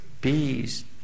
peace